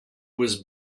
was